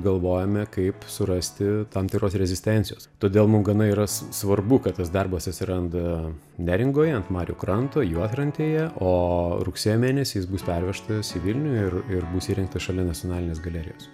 galvojame kaip surasti tam tikros rezistencijos todėl mum gana yra svarbu kad tas darbas atsiranda neringoje ant marių kranto juodkrantėje o rugsėjo mėnesį jis bus pervežtas į vilnių ir ir bus įrengtas šalia nacionalinės galerijos